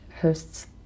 hosts